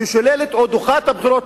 ששוללת או דוחה את הבחירות,